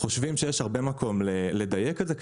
חושבים שיש הרבה מקום לדייק את זה.